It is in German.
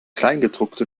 kleingedruckte